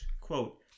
Quote